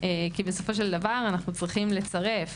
כי בסופו של דבר אנחנו צריכים לצרף,